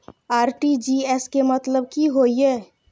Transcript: RTGS के मतलब की होय ये?